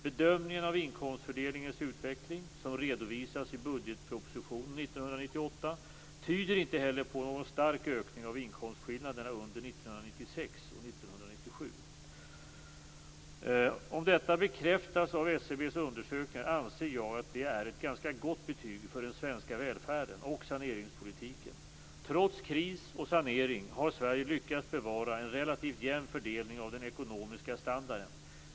Bedömningen av inkomstfördelningens utveckling, som redovisas i budgetpropositionen 1998, tyder inte heller på någon stark ökning av inkomstskillnaderna under 1996 och 1997. Om detta bekräftas av SCB:s undersökningar anser jag att det är ett ganska gott betyg för den svenska välfärden och saneringspolitiken. Trots kris och sanering har Sverige lyckats bevara en relativt jämn fördelning av den ekonomiska standarden.